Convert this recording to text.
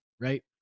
right